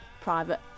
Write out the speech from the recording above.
private